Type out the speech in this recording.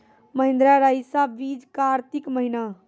महिंद्रा रईसा बीज कार्तिक महीना?